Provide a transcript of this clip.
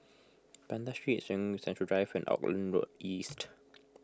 Banda Street Serangoon Central Drive and Auckland Road East